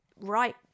right